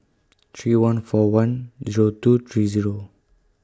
three one four one Zero two three Zero